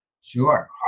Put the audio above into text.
Sure